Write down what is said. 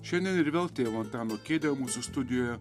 šiandien ir vėl tėvo antano kėdę mūsų studijoje